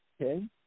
Okay